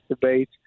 debate